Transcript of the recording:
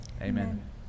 Amen